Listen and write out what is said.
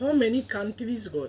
how many countries got